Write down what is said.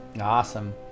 Awesome